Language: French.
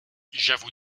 j’avoue